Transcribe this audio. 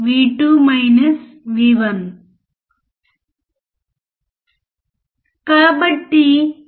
కాబట్టి సుమన్ మీరు దయచేసి ఫంక్షన్ జెనరేటర్కు 0